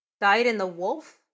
Died-in-the-wolf